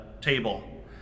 table